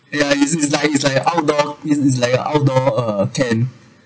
ya it's it's like it's like a outdoor it's like a outdoor uh camp